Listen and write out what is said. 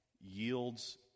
yields